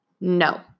No